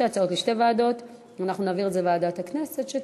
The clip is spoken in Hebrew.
ועדת הכנסת.